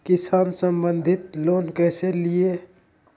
किसान संबंधित लोन कैसै लिये?